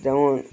যেমন